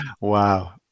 Wow